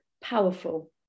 powerful